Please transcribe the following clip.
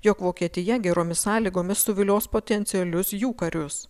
jog vokietija geromis sąlygomis suvilios potencialius jų karius